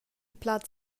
plaz